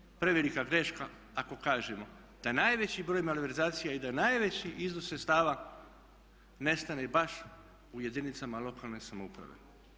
Jer nije prevelika greška ako kažemo da najveći broj malverzacija i da najveći iznos sredstava nestane baš u jedinicama lokalne samouprave.